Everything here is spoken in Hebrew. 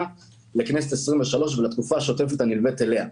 לכנסת ה-23 ולתקופה השוטפת הנלווית אליה.